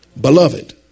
Beloved